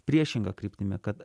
priešinga kryptimi kad